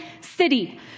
city